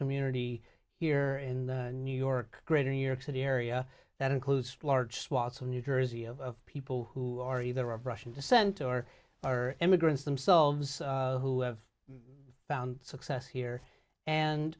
community here in new york greater new york city area that includes large swaths of new jersey of people who are either of russian descent or are immigrants themselves who have found success here and